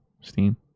steam